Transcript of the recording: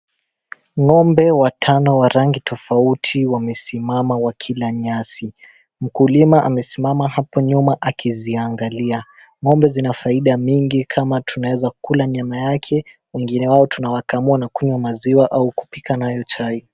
Ngombe watano wa rangi tofauti wamesimama wakila nyasi, mkulima amesimama hapo nyuma akiziangalia, ngombe zina faida mingi kama tunaezakula nyama yake wengine wao tunawakamua na kunywa maziwa au kupika nayo chai.